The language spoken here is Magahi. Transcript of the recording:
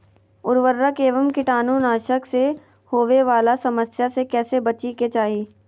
उर्वरक एवं कीटाणु नाशक से होवे वाला समस्या से कैसै बची के चाहि?